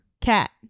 Cat